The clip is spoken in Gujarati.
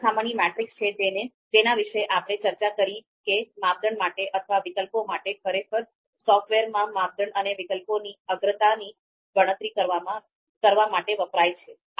આ સરખામણી મેટ્રિસીસ છે જેના વિશે આપણે ચર્ચા કરી કે માપદંડ માટે અથવા વિકલ્પો માટે ખરેખર સોફ્ટવેરમાં માપદંડ અને વિકલ્પોની અગ્રતાની ગણતરી કરવા માટે વપરાય છે